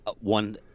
one